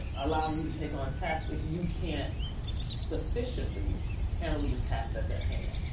allowing you to take on a task if you can't sufficiently handle the task that's at hand.